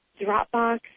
Dropbox